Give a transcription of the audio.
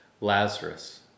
Lazarus